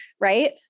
right